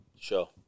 Sure